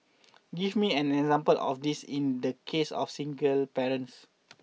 give me an example of this in the case of single parents